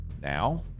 Now